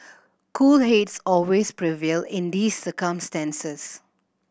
cool heads always prevail in these circumstances